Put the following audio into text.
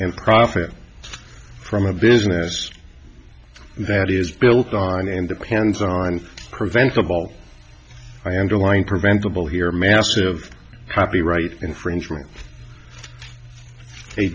and profit from a business that is built on and hands on preventable i underline preventable here massive probably right infringement a